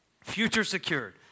Future-secured